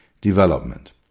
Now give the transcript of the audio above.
development